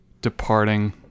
departing